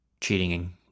cheating